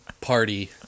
party